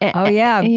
and oh, yeah yeah.